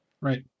Right